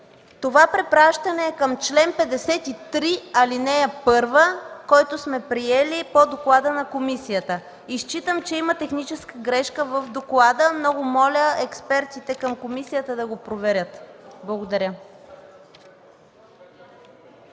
това препращане е към чл. 53, ал. 1, което сме приели по доклада на комисията. Считам, че има техническа грешка в доклада. Много моля експертите към комисията да го проверят. Благодаря.